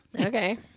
Okay